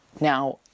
Now